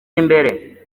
imbere